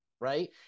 Right